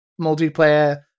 multiplayer